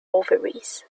ovaries